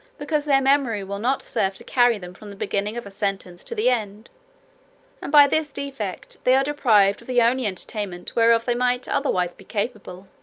because their memory will not serve to carry them from the beginning of a sentence to the end and by this defect, they are deprived of the only entertainment whereof they might otherwise be capable.